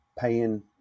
paying